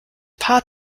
paar